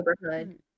neighborhood